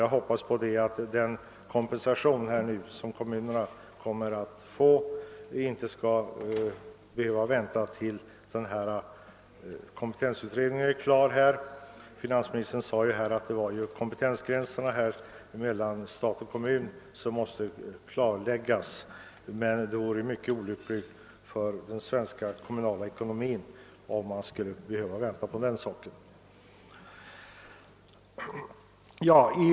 Jag hoppas att kommunerna inte skall behöva vänta till dess att denna utredning är klar för att få den kompensation de skall ha. Finansministern sade att kompetensgränserna mellan stat och kommun måste klarläggas. Men det vore mycket olyckligt för den svenska kommunala ekonomin om man skulle få besked först när utredningen blir klar någon gång i mitten av 1970-talet.